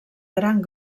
gran